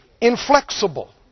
inflexible